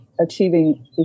achieving